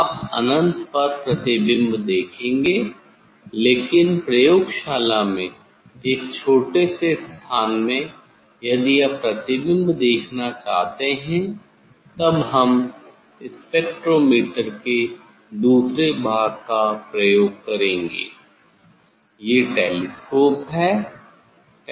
आप अनंत पर प्रतिबिम्ब देखेंगे लेकिन प्रयोगशाला में एक छोटे से स्थान में यदि आप प्रतिबिंब देखना चाहते हैं तब हम स्पेक्ट्रोमीटर के दूसरे भाग का प्रयोग करेंगे ये टेलीस्कोप हैं